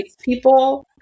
people